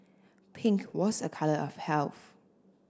pink was a colour of health